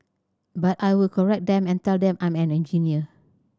but I will correct them and tell them I'm an engineer